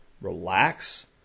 relax